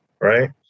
right